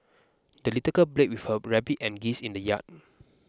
the little girl played with her rabbit and geese in the yard